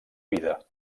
vida